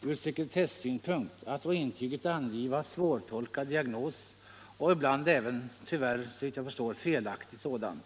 från sekretessynpunkt att på intyget angiva svårtolkad diagnos och ibland även tyvärr, såvitt jag förstår, felaktig sådan.